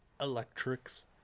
electrics